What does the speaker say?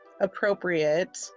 appropriate